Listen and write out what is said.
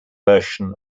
version